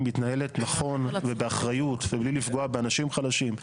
מתנהלת נכון ובאחריות ובלי לפגוע באנשים חלשים.